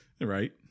right